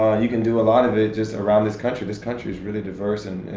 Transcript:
you can do a lot of it just around this country. this country is really diverse. and